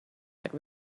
but